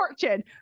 fortune